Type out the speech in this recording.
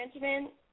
management